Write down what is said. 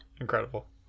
Incredible